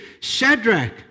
Shadrach